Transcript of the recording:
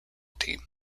team